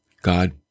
God